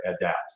adapt